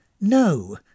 No